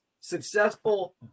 successful